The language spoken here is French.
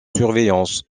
surveillance